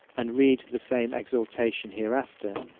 and read the same exhortation hereafter,